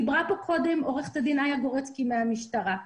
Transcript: דיברה קודם עורכת דין איה גורצקי מהמשטרה.